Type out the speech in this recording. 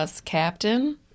Captain